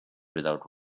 without